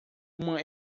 uma